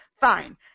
Fine